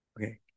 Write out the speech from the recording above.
Okay